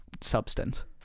substance